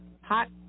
hot